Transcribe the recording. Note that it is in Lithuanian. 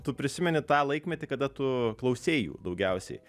tu prisimeni tą laikmetį kada tu klausei jų daugiausiai